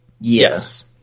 Yes